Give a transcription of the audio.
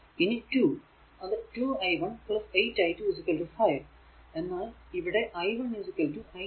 ഇനി 2 അത് 2 i1 8 i2 5 എന്നാൽ ഇവിടെ i1 i2 i3